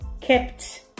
kept